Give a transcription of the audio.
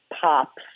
pops